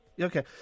Okay